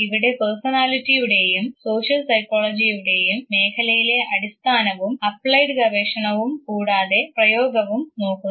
ഇവിടെ പേഴ്സണാലിറ്റി യുടെയും സോഷ്യൽ സൈക്കോളജിയുടെയും മേഖലയിലെ അടിസ്ഥാനവും അപ്ലൈഡ് ഗവേഷണവും കൂടാതെ പ്രയോഗവും നോക്കുന്നു